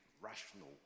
rational